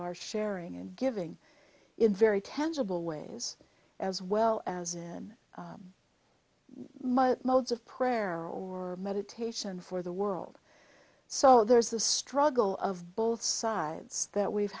are sharing and giving in very tangible ways as well as in my modes of prayer or meditation for the world so there's the struggle of both sides that we've